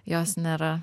jos nėra